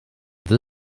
the